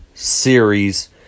Series